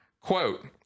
Quote